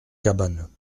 cabanes